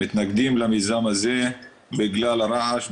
מתנגדים למיזם הזה בגלל הרעש,